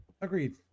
agreed